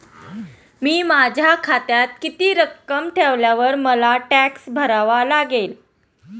मी माझ्या खात्यात किती रक्कम ठेवल्यावर मला टॅक्स भरावा लागेल?